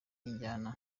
imyanya